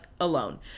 alone